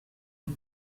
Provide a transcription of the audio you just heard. him